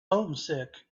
homesick